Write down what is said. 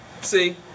See